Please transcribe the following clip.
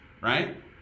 right